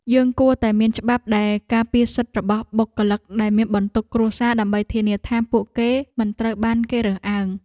យើងគួរតែមានច្បាប់ដែលការពារសិទ្ធិរបស់បុគ្គលិកដែលមានបន្ទុកគ្រួសារ ដើម្បីធានាថាពួកគេមិនត្រូវបានគេរើសអើង។